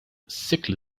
sickly